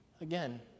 Again